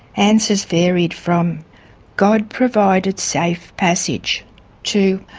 answers varied from god provided safe passage to